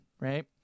right